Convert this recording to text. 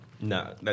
No